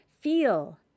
feel